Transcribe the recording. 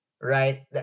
right